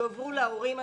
יועברו להורים,